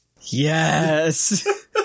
Yes